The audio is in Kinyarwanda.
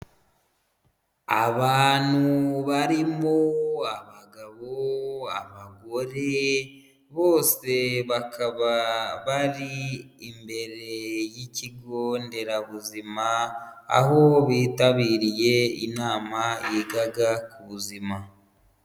Abantu barimo abagabo abagore bose bakaba bari imbere y'ikigo Nderabuzima aho bitabiriye inama yigaga kubuzima.